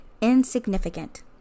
insignificant